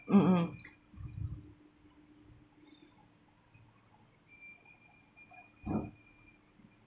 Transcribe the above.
mm mm